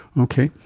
okay,